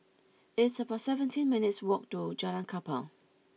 it's about seventeen minutes' walk to Jalan Kapal